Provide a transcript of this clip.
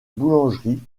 boulangerie